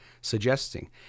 suggesting